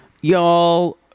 Y'all